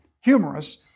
humorous